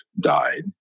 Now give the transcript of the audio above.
died